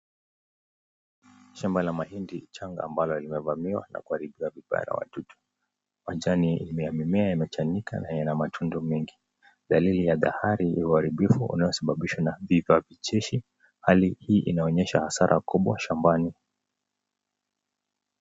Shamba la mahindi changa ambalo limevamiwa na kuharibiwa na wadudu, majani yamemea na inachanika na ina matunda mengi, dakili ya dhahari ya uharibifu unao sababishwa na vifaa vicheshi, hali hii inaonyesha hasara kubwa shambani..